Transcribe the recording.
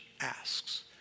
asks